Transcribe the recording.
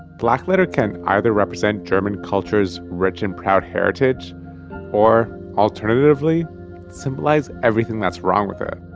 blackletter can either represent german culture's rich and proud heritage or alternatively symbolize everything that's wrong with it.